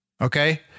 Okay